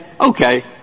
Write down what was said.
okay